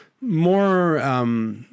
more